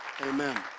Amen